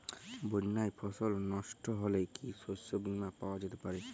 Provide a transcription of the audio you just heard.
বন্যায় ফসল নস্ট হলে কি শস্য বীমা পাওয়া যেতে পারে?